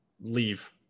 leave